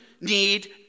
need